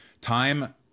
time